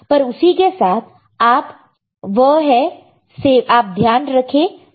पर उसी के साथ आप वह है सेफ्टी